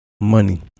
money